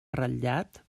ratllat